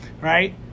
Right